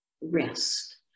rest